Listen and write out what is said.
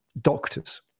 doctors